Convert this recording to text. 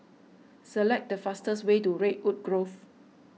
select the fastest way to Redwood Grove